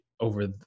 over